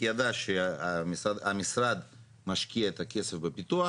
כי היא ידעה שהמשרד משקיע את הכסף בפיתוח